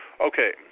Okay